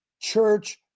church